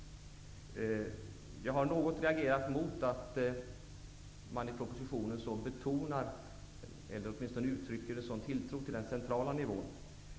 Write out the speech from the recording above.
Jag har något reagerat på att man i propositionen uttrycker en så stor tilltro till den centrala nivån.